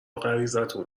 غریزتون